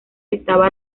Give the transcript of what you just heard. estaba